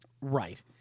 Right